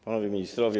Panowie Ministrowie!